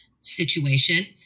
situation